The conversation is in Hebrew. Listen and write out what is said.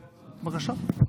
בבקשה.